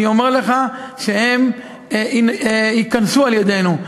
אני אומר לך שהם ייקנסו על-ידינו.